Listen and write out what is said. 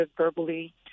verbally